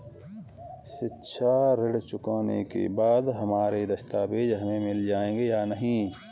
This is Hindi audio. शिक्षा ऋण चुकाने के बाद हमारे दस्तावेज हमें मिल जाएंगे या नहीं?